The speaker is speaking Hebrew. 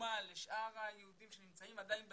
דוגמה לשאר היהודים שנמצאים עדיין בתפוצות,